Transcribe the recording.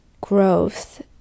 growth